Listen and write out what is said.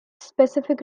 specific